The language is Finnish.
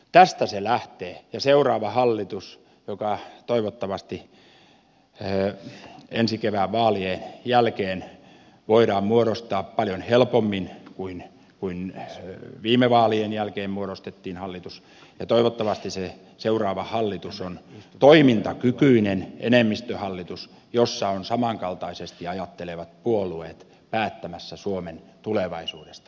tästä se lähtee ja seuraava hallitus joka toivottavasti ensi kevään vaalien jälkeen voidaan muodostaa paljon helpommin kuin miten viime vaalien jälkeen muodostettiin hallitus on toivottavasti toimintakykyinen enemmistöhallitus jossa ovat samankaltaisesti ajattelevat puolueet päättämässä suomen tulevaisuudesta